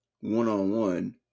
one-on-one